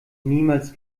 niemals